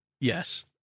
Yes